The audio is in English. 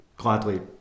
Gladly